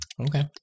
Okay